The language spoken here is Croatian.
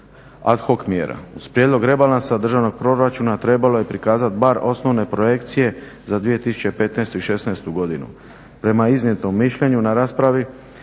ad hoc mjera. Uz prijedlog rebalansa državnog proračuna trebalo je prikazati bar osnovne projekcije za 2015., 2016.godinu. prema iznijetom mišljenju na raspravi